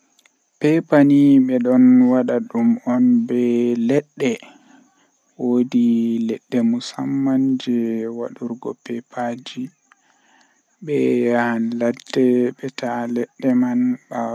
Haala jei mi yidi mi tokka wadugo haala man kanjum woni haala ceede mi waawan mi yewta haala ceede egaa fajjira haa